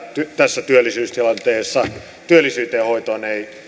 tässä työllisyystilanteessa työllisyyden hoitoon ei